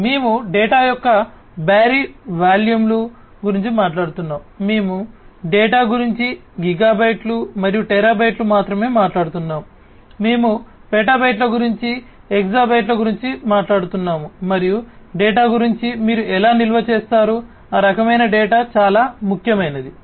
కాబట్టి మేము డేటా యొక్క భారీ వాల్యూమ్ల గురించి మాట్లాడుతున్నాము మేము డేటా గురించి గిగాబైట్లు మరియు టెరాబైట్లలో మాత్రమే మాట్లాడుతున్నాము మేము పెటాబైట్ల గురించి హెక్సాబైట్ల గురించి మాట్లాడుతున్నాము మరియు డేటా గురించి మీరు ఎలా నిల్వ చేస్తారు ఆ రకమైన డేటా చాలా ముఖ్యమైనది